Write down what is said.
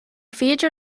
féidir